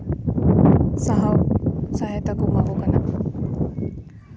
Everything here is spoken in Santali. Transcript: ᱥᱚᱦᱟᱭ ᱥᱚᱦᱟᱭᱚᱛᱟ ᱠᱚ ᱮᱢᱟ ᱠᱚ ᱠᱟᱱᱟ